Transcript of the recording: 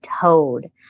Toad